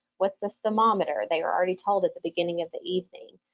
what's this thermometer? they were already told at the beginning of the evening.